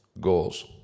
goals